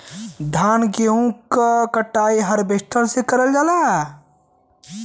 धान गेहूं क कटाई हारवेस्टर से करल जाला